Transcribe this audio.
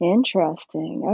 Interesting